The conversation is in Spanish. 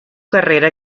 carrera